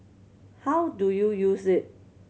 how do you use it